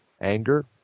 anger